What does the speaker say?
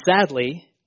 sadly